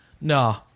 no